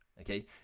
Okay